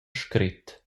scret